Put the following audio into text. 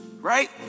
right